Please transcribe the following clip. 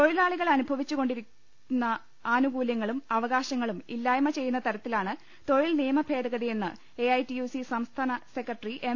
തൊഴിലാളികൾ അനുഭവിച്ചുകൊണ്ടിരുന്നആനുകൂലൃങ്ങളും അവകാശങ്ങളും ഇല്ലായ്മ ചെയ്യുന്ന തരത്തിലാണ് തൊഴിൽ നിയമ ഭേദഗതിയെന്ന് എഐടിയുസി സംസ്ഥാന സെക്രട്ടറി എം